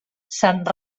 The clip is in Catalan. sant